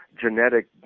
genetic